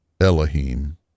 elohim